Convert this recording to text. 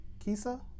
Kisa